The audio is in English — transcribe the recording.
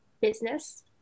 business